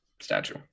statue